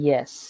Yes